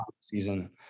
season